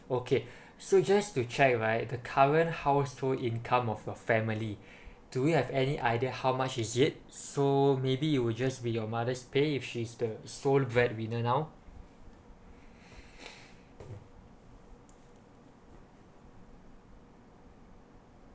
okay so just to check right the current household income of your family do you have any idea how much is it so maybe it would just be your mother's pay if she's the sole breadwinner now